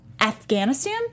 Afghanistan